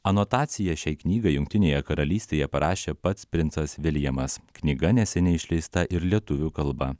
anotaciją šiai knygą jungtinėje karalystėje parašė pats princas vilijamas knyga neseniai išleista ir lietuvių kalba